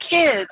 kids